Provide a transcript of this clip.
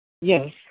Yes